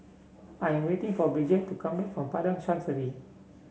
I am waiting for Bridgette to come back from Padang Chancery